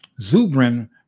Zubrin